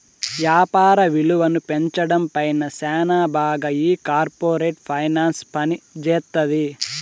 యాపార విలువను పెంచడం పైన శ్యానా బాగా ఈ కార్పోరేట్ ఫైనాన్స్ పనిజేత్తది